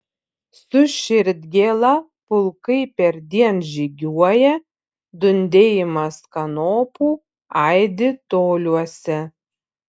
su širdgėla pulkai perdien žygiuoja dundėjimas kanopų aidi toliuose